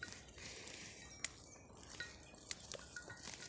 ಗೋದಾಮಿನ್ಯಾಗ ಗೋಂಜಾಳ ನುಸಿ ಹತ್ತದೇ ಇರಲು ಏನು ಮಾಡಬೇಕು ತಿಳಸ್ರಿ